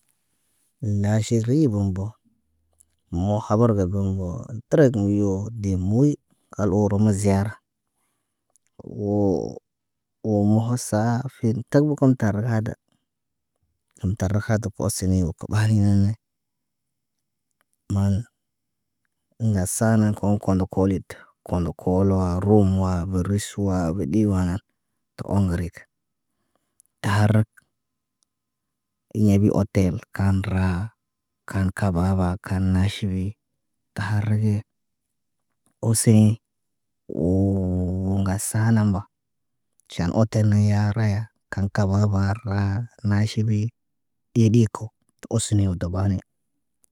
Na ʃiri bo̰bo̰ mo̰ habar ha zɔŋgɔ, trek kən yod de muy kal oro me ziara. Wo, o mo̰ saa fi, fin tag mukum tar hada. Kem tar had kɔsɲe ke ɓay ɲene, man, ŋsa nan ɔŋ kɔndɔ kolit, kɔndo ko. Koloha rum wa, be risu, wa ɓe ɗi wana, te ɔŋgrik. Tarek. Ɲabi otel kan ra, kan kababa, kan naʃibi. Tareeye. Oseɲi, oo ŋga sana mba. Tʃan ote naya raya, kaŋ kaba ra naʃibi. Eɗiko, te ɔsnio dɔba ne.